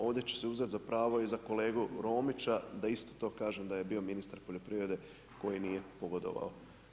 Ovdje ću si uzet za pravo i za kolegu Romića da isto to kažem da je bio ministar poljoprivrede koji nije pogodovao.